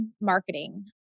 marketing